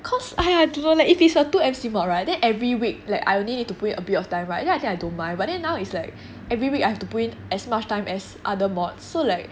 cause !aiya! I don't know like if it's a two M_C module [right] then every week like I only need to put in a bit of time [right] then actually I don't mind but then now is like every week I have to put in as much time as other module so like